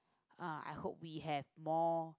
uh I hope we have more